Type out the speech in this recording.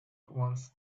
once